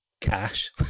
cash